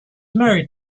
married